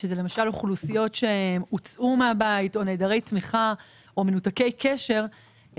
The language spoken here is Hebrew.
למשל אוכלוסיות שהוצאו מן הבית או נעדרי תמיכה או מנותקי קשר,